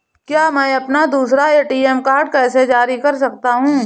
मैं अपना दूसरा ए.टी.एम कार्ड कैसे जारी कर सकता हूँ?